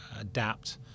adapt